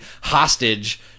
hostage